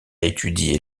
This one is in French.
étudié